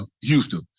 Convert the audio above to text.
Houston